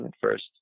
first